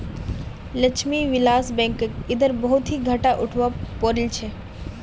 लक्ष्मी विलास बैंकक इधरे बहुत ही घाटा उठवा पो रील छे